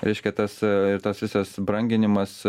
reiškia tas ir tas visas branginimas